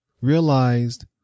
realized